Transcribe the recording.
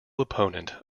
opponent